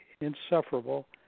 insufferable